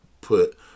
put